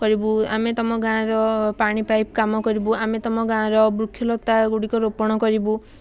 କରିବୁ ଆମେ ତମ ଗାଁର ପାଣି ପାଇପ୍ କାମ କରିବୁ ଆମେ ତମ ଗାଁର ବୃକ୍ଷଲତାଗୁଡ଼ିକ ରୋପଣ କରିବୁ